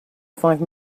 five